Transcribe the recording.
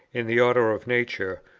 in the order of nature,